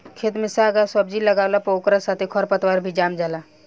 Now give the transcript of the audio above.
खेत में साग आ सब्जी लागावला पर ओकरा साथे खर पतवार भी ढेरे जाम जाला